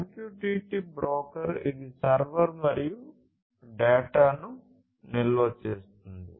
MQTT broker ఇది server మరియు డేటాను నిల్వ చేస్తుంది